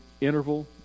interval